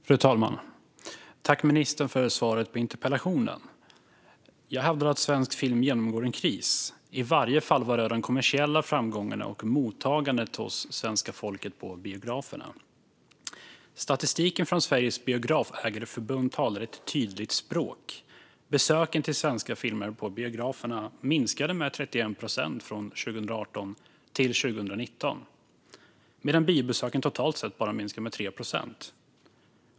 Fru talman! Tack, ministern, för svaret på interpellationen! Jag hävdar att svensk film genomgår en kris, i varje fall vad rör de kommersiella framgångarna och mottagandet hos svenska folket på biograferna. Statistiken från Sveriges Biografägareförbund talar ett tydligt språk. Besöken till svenska filmer på biograferna minskade med 31 procent från 2018 till 2019 medan biobesöken totalt sett minskade med bara 3 procent.